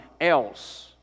else